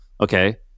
Okay